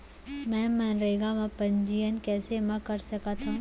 मैं मनरेगा म पंजीयन कैसे म कर सकत हो?